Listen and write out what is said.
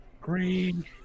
Green